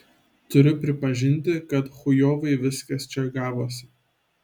turiu pripažinti kad chujovai viskas čia gavosi